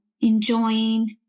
enjoying